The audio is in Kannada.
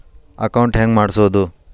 ಅಕೌಂಟ್ ಹೆಂಗ್ ಮಾಡ್ಸೋದು?